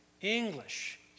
English